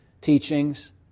teachings